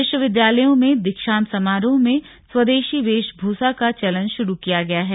विश्वविद्यालयों में दीक्षान्त समारोह में स्वदेशी वेशभूषा का चलन शुरू किया गया है